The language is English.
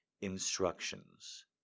instructions